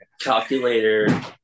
Calculator